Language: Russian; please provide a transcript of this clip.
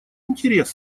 интерес